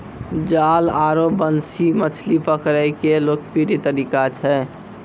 जाल आरो बंसी मछली पकड़ै के लोकप्रिय तरीका छै